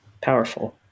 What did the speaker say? powerful